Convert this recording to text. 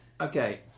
okay